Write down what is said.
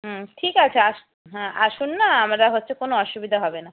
হুম ঠিক আছে হ্যাঁ আসুন না আমরা হচ্ছে কোনো অসুবিধে হবে না